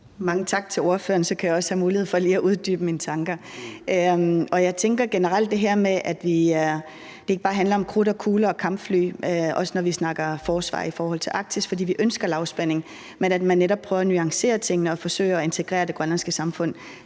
Mange tak til ordføreren. Så kan jeg også have mulighed for lige at uddybe mine tanker, og jeg tænker generelt det her med, at det ikke bare handler om krudt og kugler og kampfly, når vi snakker forsvar i forhold til Arktis, fordi vi ønsker lavspænding, men at man netop prøver at nuancere tingene og forsøger at integrere det grønlandske samfund